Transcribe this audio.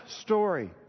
story